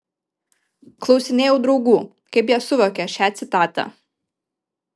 klausinėjau draugų kaip jie suvokia šią citatą